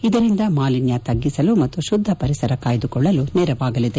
ಇದರಿಂದ ಮಾಲಿನ್ಯ ತಗ್ಗಿಸಲು ಮತ್ತು ಶುದ್ಧ ಪರಿಸರ ಕಾಯ್ದುಕೊಳ್ಳಲು ನೆರವಾಗಲಿದೆ